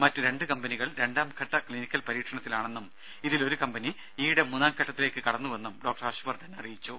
മറ്റ് രണ്ട് കമ്പനികൾ രണ്ടാംഘട്ട ക്ലിനിക്കൽ പരീക്ഷണത്തിലാണെന്നും അതിലൊരു കമ്പനി ഈയിടെ മൂന്നാംഘട്ടത്തിലേക്ക് കടന്നുവെന്നും ഡോക്ടർ ഹർഷവർദ്ധൻ അറിയിച്ചു